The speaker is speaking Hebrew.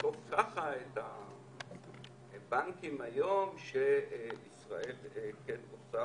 יעקוף ככה את הבנקים היום שישראל כן רוצה,